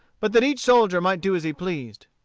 but that each soldier might do as he pleased.